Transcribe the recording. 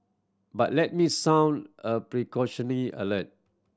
but let me sound a alert